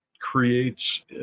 creates